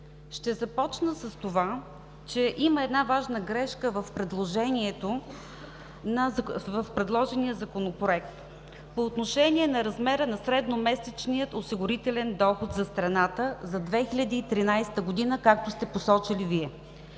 Ще започна с това, че има една важна грешка в предложения Законопроект по отношение на размера на средномесечния осигурителен доход за страната за 2013 г., както сте посочили Вие.